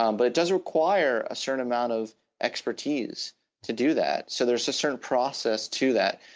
um but it does require a certain amount of expertise to do that. so there's a certain process to that.